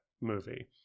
movie